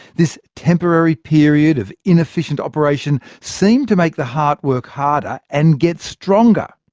this temporary period of inefficient operation seemed to make the heart work harder and get stronger.